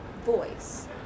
voice